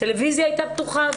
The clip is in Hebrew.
הטלויזיה הייתה פתוחה,